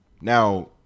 Now